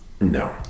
no